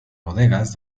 bodegas